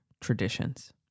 traditions